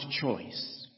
choice